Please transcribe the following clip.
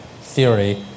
theory